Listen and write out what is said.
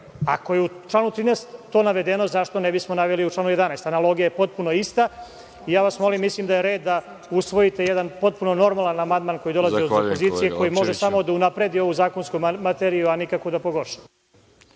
Ako je u članu 13. to navedeno, zašto ne bismo naveli u članu 11? Analogija je potpuno ista. Ja vas molim, mislim da je red da usvojite jedan potpuno normalan amandman koji dolazi od opozicije koji može samo da unapredi ovu zakonsku materiju, a nikako da pogorša.